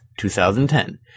2010